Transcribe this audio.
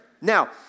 Now